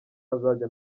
azajya